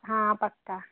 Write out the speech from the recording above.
हां पक्का